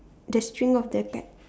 the string of the kite